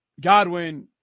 Godwin